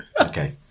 Okay